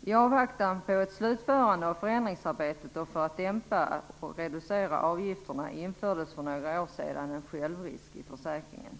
I avvaktan på ett slutförande av förändringsarbetet och för att dämpa och reducera utgifterna infördes för några år sedan en självrisk i försäkringen.